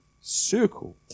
circle